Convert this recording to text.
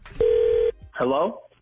Hello